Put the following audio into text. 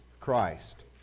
Christ